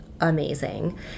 amazing